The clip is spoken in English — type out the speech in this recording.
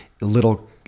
little